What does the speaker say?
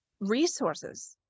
Resources